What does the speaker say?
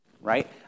right